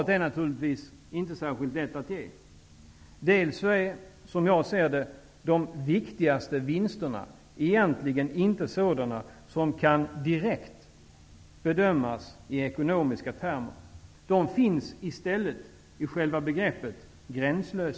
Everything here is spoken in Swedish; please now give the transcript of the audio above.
Det är naturligtvis inte särskilt lätt att svara på det. De viktigaste vinsterna, som jag ser det, är inte av sådan art att de direkt kan bedömas i ekonomiska termer. De finns i stället i själva begreppet gränslöshet.